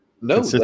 No